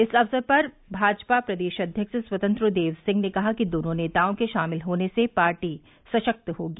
इस अवसर पर भाजपा प्रदेश अध्यक्ष स्यतंत्र देव सिंह ने कहा कि दोनों नेताओं के शामिल होने से पार्टी सशक्त होगी